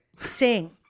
Sing